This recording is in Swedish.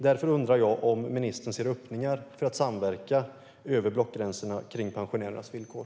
Därför undrar jag om ministern ser öppningar för att samverka över blockgränserna när det gäller pensionärernas villkor.